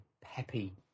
peppy